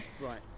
right